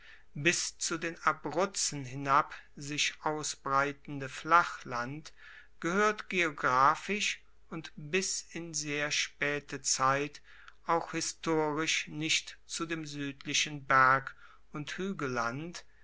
bis zu den abruzzen hinab sich ausbreitende flachland gehoert geographisch und bis in sehr spaete zeit auch historisch nicht zu dem suedlichen berg und